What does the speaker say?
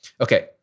Okay